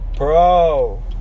Bro